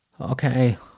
Okay